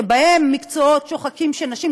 שבה מקצועות שוחקים של נשים,